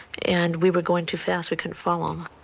and we were going too fast. we couldn't follow him.